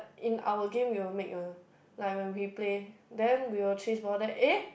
in our game we will make mah like when we play then we will chase ball then eh